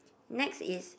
next is